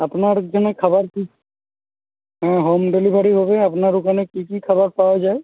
আপনার জন্যে খাবার হ্যাঁ হোম ডেলিভারি হবে আপনার ওখানে কী কী খাবার পাওয়া যায়